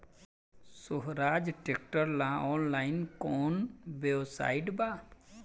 सोहराज tractor ला online कोउन website बा?